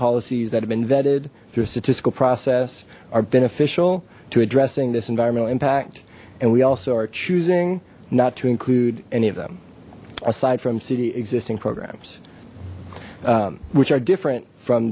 policies that have been vetted through a statistical process are beneficial to addressing this environmental impact and we also are choosing not to include any of them aside from city existing programs which are different from